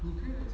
you can